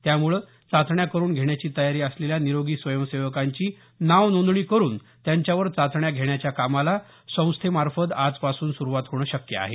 त्यामुळे चाचण्या करुन घेण्याची तयारी असलेल्या निरोगी स्वयंसेवकांची नावनोंदणी करुन त्यांच्यावर चाचण्या घेण्याच्या कामाला संस्थेमार्फत आजपासून सुरुवात होणं शक्य आहे